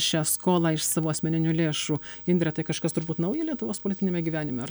šią skolą iš savo asmeninių lėšų indre tai kažkas turbūt nauja lietuvos politiniame gyvenime ar